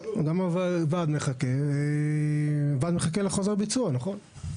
הוועד מחכה לחוזר ביצוע, נכון.